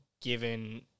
given